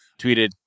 tweeted